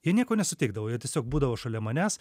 jie nieko nesutikdavo jie tiesiog būdavo šalia manęs